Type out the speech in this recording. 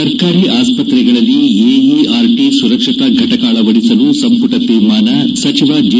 ಸರ್ಕಾರಿ ಆಸ್ಪತ್ರೆಗಳಲ್ಲಿ ಎಇಆರ್ಟ ಸುರಕ್ಷತಾ ಫಟಕ ಅಳವಡಿಸಲು ಸಂಪುಟ ತೀರ್ಮಾನ ಸಚಿವ ಜೆ